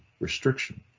restriction